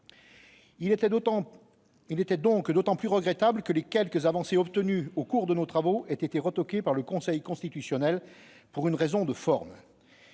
Il était donc d'autant plus regrettable que les quelques avancées obtenues au cours de nos travaux aient été retoquées par le Conseil constitutionnel, pour une raison de forme.